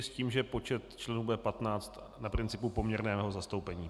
S tím, že počet členů bude 15 na principu poměrného zastoupení.